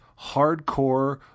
hardcore